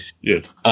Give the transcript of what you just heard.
Yes